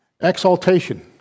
exaltation